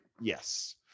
Yes